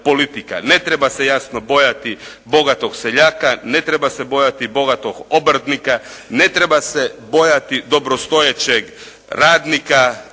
Ne treba se, jasno bojati bogatog seljaka, ne treba se bojati bogatog obrtnika, ne treba se bojati dobrostojećeg radnika